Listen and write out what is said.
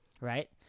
right